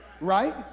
right